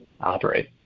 operate